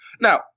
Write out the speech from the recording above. Now